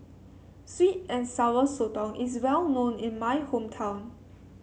sweet and Sour Sotong is well known in my hometown